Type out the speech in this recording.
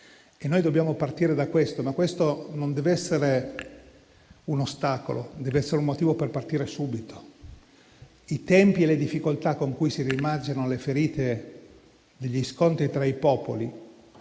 popoli. Dobbiamo partire da questo, che dev'essere non un ostacolo, ma un motivo per partire subito. I tempi e le difficoltà con cui si rimarginano le ferite degli scontri tra i popoli